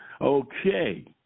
Okay